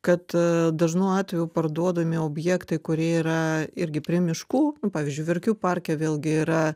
kad dažnu atveju parduodami objektai kurie yra irgi prie miškų pavyzdžiui verkių parke vėlgi yra